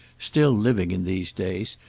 still living in these days,